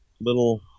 little